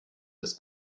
des